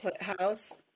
house